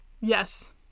Yes